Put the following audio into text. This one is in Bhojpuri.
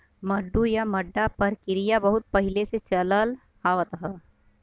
मड्डू या मड्डा परकिरिया बहुत पहिले से चलल आवत ह